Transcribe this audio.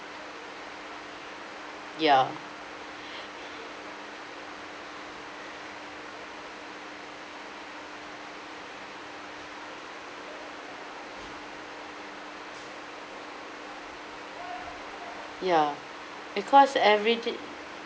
ya ya because everything